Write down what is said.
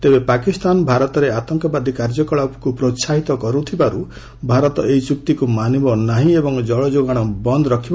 ତେବେ ପାକିସ୍ତାନ ଭାରତରେ ଆତଙ୍କବାଦୀ କାର୍ଯ୍ୟକଳାପକୁ ପ୍ରୋହାହିତ କରୁଥିବାରୁ ଭାରତ ଏହି ଚୁକ୍ତିକୁ ମାନିବ ନାହିଁ ଏବଂ ଜଳଯୋଗାଣ ବନ୍ଦ ରଖିବ